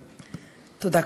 תודה.